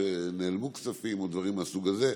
שנעלמו כספים או דברים מסוג זה.